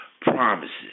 promises